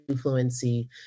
fluency